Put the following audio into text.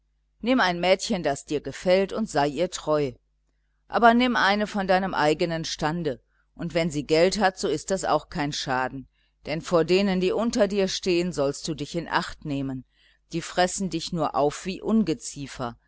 nimm ein mädchen das dir gefällt und sei ihr treu aber nimm eine von deinem eigenen stande und wenn sie geld hat so ist das ja auch kein schaden denn vor denen die unter dir stehen sollst du dich in acht nehmen die fressen dich nur auf wie ungeziefer